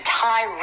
tie